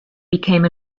became